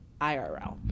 IRL